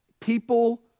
People